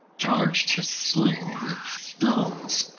charged his sling with stones,